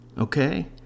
okay